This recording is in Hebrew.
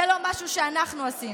זה לא משהו שאנחנו עשינו,